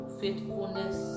faithfulness